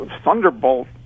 thunderbolt